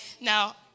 Now